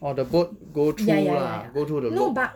orh the boat go through lah go through the route